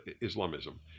Islamism